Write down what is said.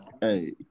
Hey